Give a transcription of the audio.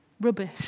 rubbish